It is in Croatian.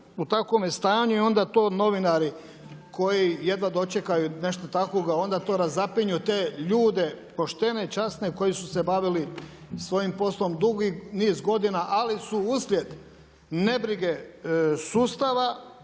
ju takvome stanju i onda to novinari koji jedva dočekaju nešto takvog onda to razapinju te ljude poštene, časne koji su se bavili svojim poslom dugi niz godina, ali su uslijed nebrige sustava